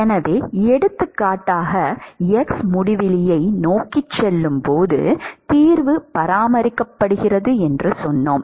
எனவே எடுத்துக்காட்டாக x முடிவிலியை நோக்கிச் செல்லும் போது தீர்வு பராமரிக்கப்படுகிறது என்று சொன்னோம்